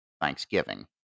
Thanksgiving